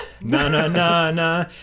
na-na-na-na